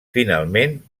finalment